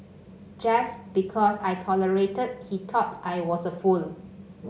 just because I tolerated he thought I was a fool